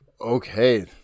Okay